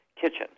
Kitchen